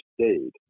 stayed